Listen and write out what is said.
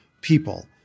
people